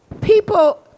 people